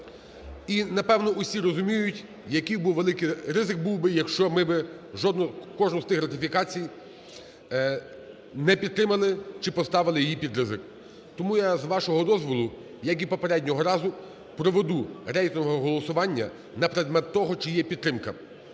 і, напевно, всі розуміють, який би був великий ризик, якщо б ми кожну з цих ратифікацій не підтримали чи поставили її під ризик. Тому я з вашого дозволу, як і попереднього разу, проведу рейтингове голосування на предмет того чи є підтримка,